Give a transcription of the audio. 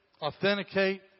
authenticate